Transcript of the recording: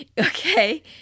okay